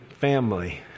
family